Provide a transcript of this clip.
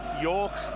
York